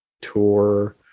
tour